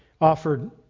offered